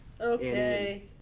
Okay